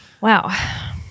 wow